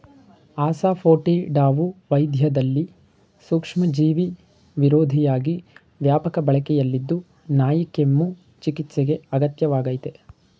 ಅಸಾಫೋಟಿಡಾವು ವೈದ್ಯದಲ್ಲಿ ಸೂಕ್ಷ್ಮಜೀವಿವಿರೋಧಿಯಾಗಿ ವ್ಯಾಪಕ ಬಳಕೆಯಲ್ಲಿದ್ದು ನಾಯಿಕೆಮ್ಮು ಚಿಕಿತ್ಸೆಗೆ ಅಗತ್ಯ ವಾಗಯ್ತೆ